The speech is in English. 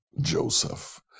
Joseph